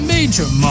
Major